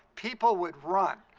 people would run,